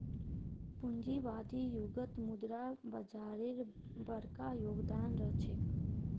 पूंजीवादी युगत मुद्रा बाजारेर बरका योगदान रह छेक